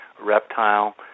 reptile